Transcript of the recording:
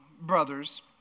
brothers